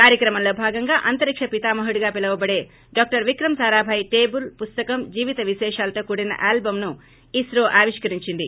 కార్యక్రమంలో భాగంగా అంతరిక్ష పితామహుడిగా పిలువబడే డాక్టర్ విక్రమ్ సారాభాయ్ టేబుల్ పుస్తకం జీవిత విశేషాలతో కూడిన ఆల్బమ్ ను ఇస్రో ఆవిష్కరించింది